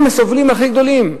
הם הסובלים הכי גדולים.